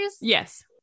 Yes